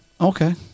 Okay